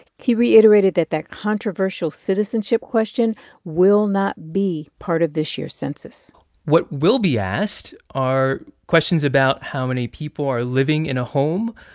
he reiterated that that controversial citizenship question will not be part of this year's census what will be asked are questions about how many people are living in a home,